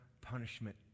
punishment